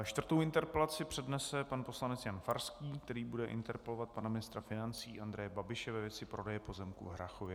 Čtvrtou interpelaci přednese pan poslanec Jan Farský, který bude interpelovat pana ministra financí Andreje Babiše ve věci prodeje pozemků v Harrachově.